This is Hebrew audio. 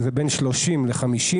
זה בין 30 ל-50,